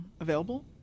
available